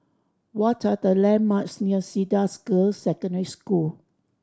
what are the landmarks near Cedar Girls' Secondary School